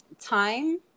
time